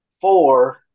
four